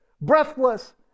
breathless